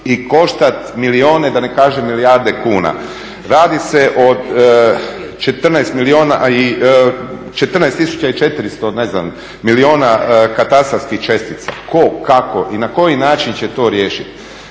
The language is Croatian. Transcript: i koštati milijune da ne kažem milijarde kuna. radi se o 14 tisuća 400 ne znam milijuna katastarskih čestica. Tko, kako i na koji način će to riješiti?